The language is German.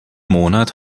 monat